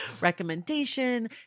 recommendation